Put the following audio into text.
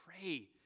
pray